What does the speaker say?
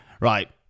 Right